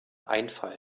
einfall